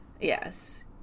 Yes